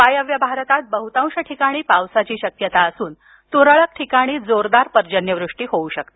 वायव्य भारतात बहुतांश ठिकाणी पावसाची शक्यता असून तुरळक ठिकाणी जोरदार पर्जन्यवृष्टी होऊ शकते